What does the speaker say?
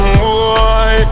boy